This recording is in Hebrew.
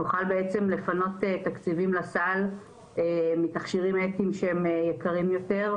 נוכל בעצם לפנות תקציבים לסל מתכשירים אתיים שהם יקרים יותר,